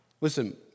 listen